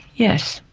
yes,